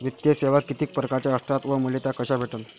वित्तीय सेवा कितीक परकारच्या असतात व मले त्या कशा भेटन?